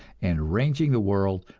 and ranging the world,